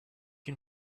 can